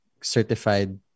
certified